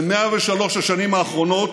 ב-103 השנים האחרונות,